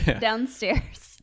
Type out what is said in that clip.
downstairs